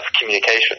communication